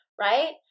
right